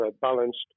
balanced